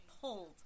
pulled